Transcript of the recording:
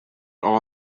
all